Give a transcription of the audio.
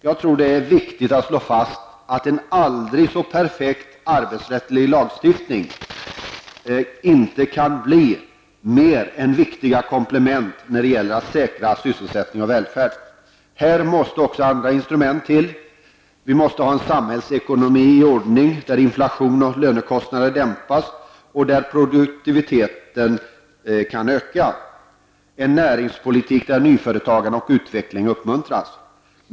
Jag tror att det är viktigt att slå fast att en aldrig så perfekt arbetsrättslig lagstiftning inte kan bli mer än viktiga komplement när det gäller att säkra sysselsättning och välfärd. Här måste också andra instrument till. Vi måste ha en samhällsekonomi i ordning, där inflation och lönekostnader dämpas och där produktiviteten ökar, en näringspolitik där nyföretagande och utveckling uppmuntras.